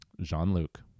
Jean-Luc